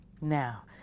Now